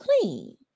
clean